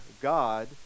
God